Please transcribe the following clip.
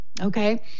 Okay